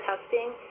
testing